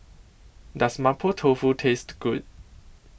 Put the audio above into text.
Does Mapo Tofu Taste Good